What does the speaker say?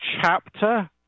chapter